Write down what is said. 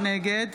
נגד